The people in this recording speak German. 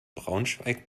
braunschweig